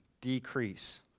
decrease